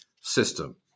system